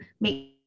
make